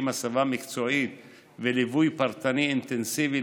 הסבה מקצועית וליווי פרטני אינטנסיבי,